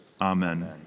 Amen